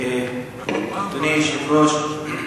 אדוני היושב-ראש,